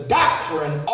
doctrine